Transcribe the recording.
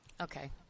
Okay